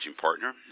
Partner